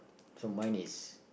so mine is